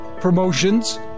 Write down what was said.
promotions